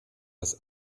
das